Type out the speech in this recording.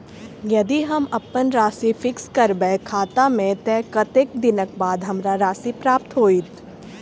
यदि हम अप्पन राशि फिक्स करबै खाता मे तऽ कत्तेक दिनक बाद हमरा राशि प्राप्त होइत?